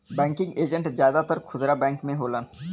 banking agent जादातर खुदरा bank में होलन